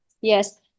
Yes